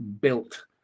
built